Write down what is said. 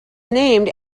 named